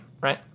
right